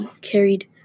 carried